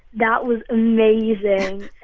that was amazing.